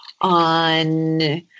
on